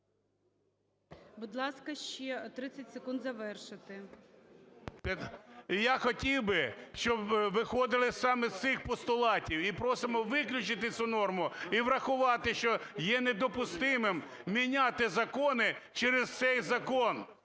Будь ласка, ще 30 секунд завершити. 10:28:20 НІМЧЕНКО В.І. І я хотів би, щоб виходили саме з цих постулатів. І просимо виключити цю норму і врахувати, що є недопустимим міняти закони через цей закон,